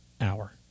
hour